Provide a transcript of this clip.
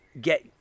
get